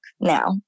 now